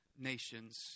nations